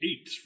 eight